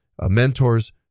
mentors